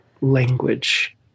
language